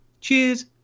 Cheers